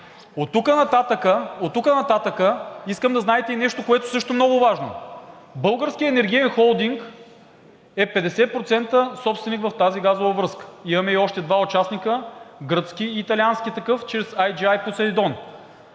Оттук нататък искам да знаете и нещо, което също е много важно. Българският енергиен холдинг е 50% собственик в тази газова връзка, имаме и още два участника – гръцки и италиански такъв чрез IGI Poseidon.